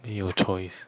没有 choice